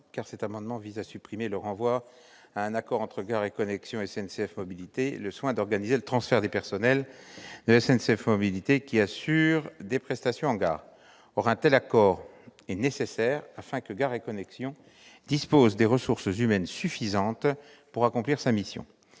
? L'amendement n° 24 vise à supprimer le renvoi à un accord entre Gares & Connexions et SNCF Mobilités du soin d'organiser le transfert des personnels de SNCF Mobilités qui assurent des prestations en gare. Or un tel accord est nécessaire afin que Gares & Connexions dispose des ressources humaines suffisantes pour accomplir sa mission.